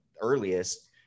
earliest